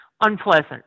unpleasant